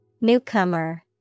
Newcomer